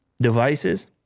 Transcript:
devices